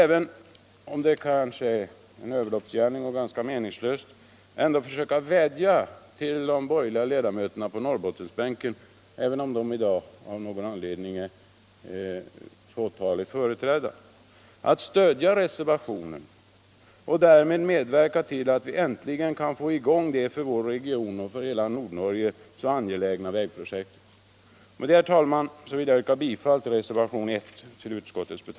Även om det är en överloppsgärning och kanske meningslöst vill jag ändå försöka vädja till de borgerliga ledamöterna på Norrbottensbänken — trots att de i dag av någon anledning är fåtaligt företrädda — att stödja reservationen och därmed medverka till att vi äntligen kan få i gång det för vår region och för hela Nordnorge så angelägna vägprojektet. Med detta, herr talman, vill jag yrka bifall till reservationen 1.